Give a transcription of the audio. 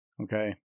Okay